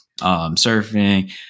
surfing